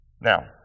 Now